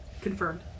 Confirmed